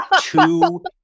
two